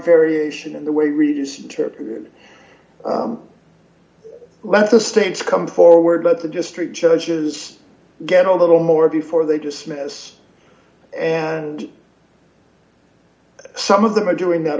variation in the way redistributed let the states come forward but the district judges get a little more before they dismiss and some of them are doing that